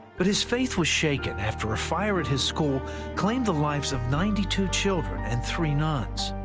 but his faith was shaken after a fire at his school claimed the lives of ninety two children and three nuns.